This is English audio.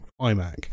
iMac